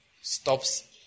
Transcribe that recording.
stops